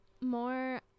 more